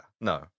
no